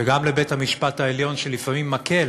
וגם לבית-המשפט העליון, שלפעמים מקל